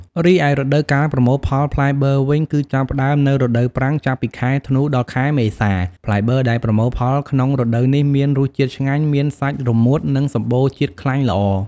រីឯរដូវកាលប្រមូលផលផ្លែបឺរវិញ គឹចាប់ផ្ដើមនៅរដូវប្រាំង ចាប់ពីខែធ្នូ ដល់ខែមេសា ផ្លែបឺរដែលប្រមូលផលក្នុងរដូវនេះមានរសជាតិឆ្ងាញ់ មានសាច់រមួតនិងសម្បូរជាតិខ្លាញ់ល្អ។